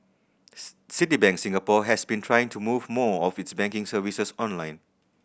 Citibank Singapore has been trying to move more of its banking services online